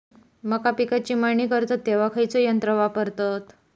मका पिकाची मळणी करतत तेव्हा खैयचो यंत्र वापरतत?